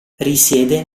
risiede